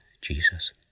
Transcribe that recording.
Jesus